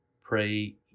Pray